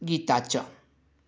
गीता च